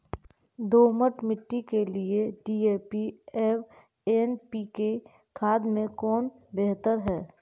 दोमट मिट्टी के लिए डी.ए.पी एवं एन.पी.के खाद में कौन बेहतर है?